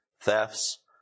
thefts